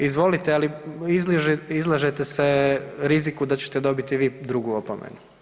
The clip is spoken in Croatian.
Izvolite, ali, izlažete se riziku da ćete dobiti i vi drugu opomenu.